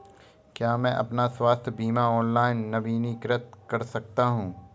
क्या मैं अपना स्वास्थ्य बीमा ऑनलाइन नवीनीकृत कर सकता हूँ?